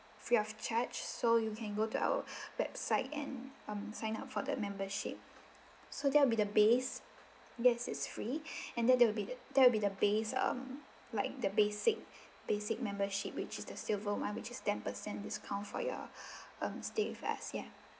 free of charge so you can go to our website and um sign up for the membership so that'll be the base yes it's free and then that will be the that will be the base um like the basic basic membership which is the silver one which is ten percent discount for your um stay with us ya